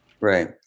Right